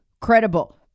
credible